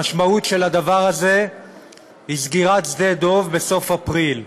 המשמעות של הדבר הזה היא סגירת שדה-דב בסוף אפריל.